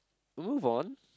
move on